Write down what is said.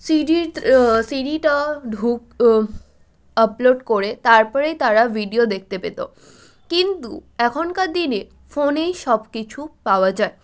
CD সি ডিটা ঢুক আপলোড করে তারপরেই তারা ভিডিও দেখতে পেতো কিন্তু এখনকার দিনে ফোনেই সব কিছু পাওয়া যায়